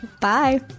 Bye